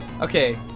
Okay